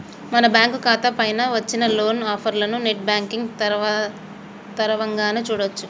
మన బ్యాంకు ఖాతా పైన వచ్చిన లోన్ ఆఫర్లను నెట్ బ్యాంకింగ్ తరవంగానే చూడొచ్చు